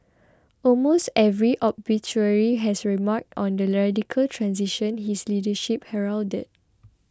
almost every obituary has remarked on the radical transition his leadership heralded